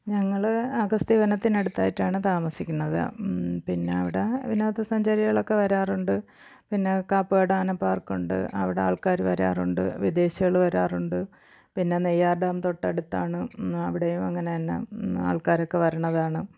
ഞങ്ങൾ അഗസ്ത്യ വനത്തിനടുത്തായിട്ടാണ് താമസിക്കുന്നത് പിന്നവിടെ വിനോദസഞ്ചാരികളൊക്കെ വരാറുണ്ട് പിന്നെ കാപ്പട ആന പാര്ക്ക് ഉണ്ട് അവിടെ ആള്ക്കാർ വരാറുണ്ട് വിദേശികൾ വരാറുണ്ട് പിന്നെ നെയ്യാര് ഡാം തൊട്ടടുത്താണ് അവിടെയും അങ്ങനെ തന്നെ ആള്ക്കാരൊക്കെ വരുന്നതാണ്